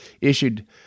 issued